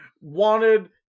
wanted